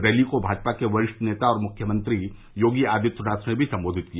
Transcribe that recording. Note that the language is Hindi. रैली को भाजपा के वरिष्ठ नेता और मुख्यमंत्री योगी आदित्यनाथ ने भी संबोधित किया